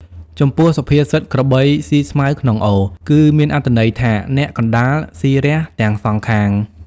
ចំពោះ សុភាសិតក្របីស៊ីស្មៅក្នុងអូរ គឺមានអត្ថន័យថា អ្នកកណ្ដាលស៊ីរះទាំងសងខាង ។